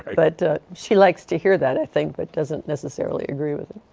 but she likes to hear that i think but doesn't necessarily agree with it.